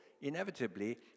inevitably